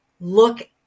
Look